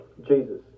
jesus